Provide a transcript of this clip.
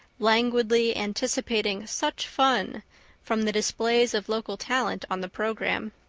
languidly anticipating such fun from the displays of local talent on the program.